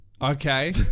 Okay